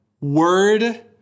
Word